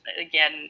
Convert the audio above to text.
again